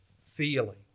feeling